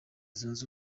zunze